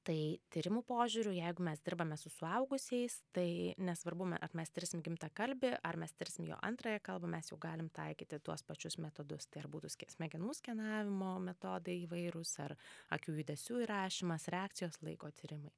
tai tyrimų požiūriu jeigu mes dirbame su suaugusiais tai nesvarbu ar mes tirsim gimtkalbį ar mes tirsim jo antrąją kalbą mes jau galim taikyti tuos pačius metodus ir būdus k smegenų skenavimo metodai įvairūs ar akių judesių įrašymas reakcijos laiko tyrimai